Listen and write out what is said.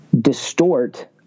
distort